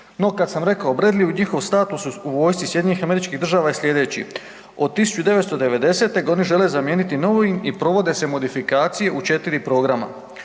No, kad sam rekao Bradley njihov status u vojski SAD-a je slijedeći. Od 1990. oni ga žele zamijeniti novim i provode se modifikacije u 4 programa.